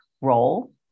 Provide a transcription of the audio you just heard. role